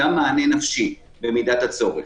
גם מענה נפשי, במידת הצורך.